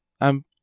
I'm-